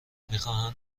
میخواهند